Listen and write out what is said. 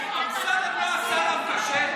אמסלם הוא לא השר המקשר?